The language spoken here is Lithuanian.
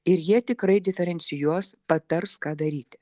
ir jie tikrai diferencijuos patars ką daryti